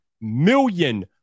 million